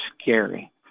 scary